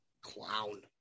clown